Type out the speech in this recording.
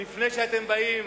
לפני שאתם באים